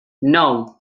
nou